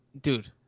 dude